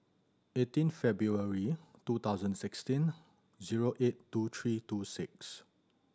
eighteen February two thousand and sixteen zero eight two three two six